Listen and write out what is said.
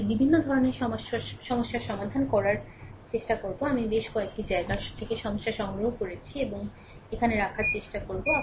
তবে বিভিন্ন ধরণের সমস্যার সমাধান করার চেষ্টা করব আমি বেশ কয়েকটি জায়গা থেকে সমস্যা সংগ্রহ করেছি এবং এখানে রাখার চেষ্টা করব